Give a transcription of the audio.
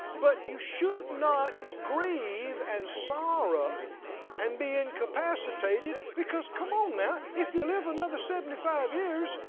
but you should not grieve and sorrow and be incapacitated because come on now, if you live another seventy-five years,